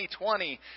2020